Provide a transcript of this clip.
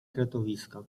kretowiska